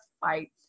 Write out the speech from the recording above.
fight